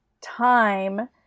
time